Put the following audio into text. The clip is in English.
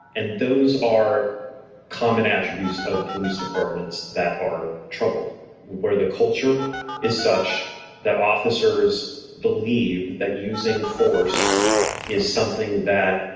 and those are common attributes of police departments that are troubled where the culture is such that officers believe that using force is something that